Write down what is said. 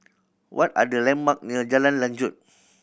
what are the landmark near Jalan Lanjut